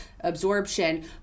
absorption